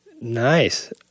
Nice